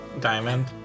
diamond